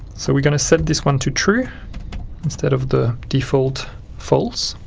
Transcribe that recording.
so we're going to set this one to true instead of the default false,